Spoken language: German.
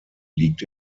liegt